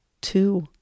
two